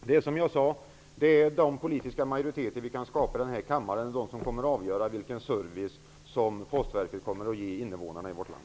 Det är de politiska majoriteter vi kan skapa i denna kammare som kommer att avgöra vilken service Postverket kommer att ge invånarna i vårt land.